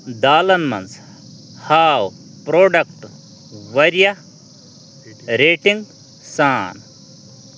دالن مَنٛز ہاو پرٛوڈکٹہٕ واریاہ ریٹنٛگ سان